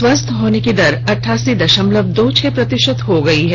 स्वस्थ होने की दर अठासी दशमलव दो छह प्रतिशत हो गयी है